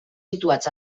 situats